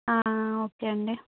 okay అండి